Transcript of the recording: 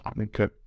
Okay